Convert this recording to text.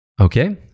Okay